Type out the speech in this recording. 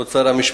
כבוד שר המשפטים,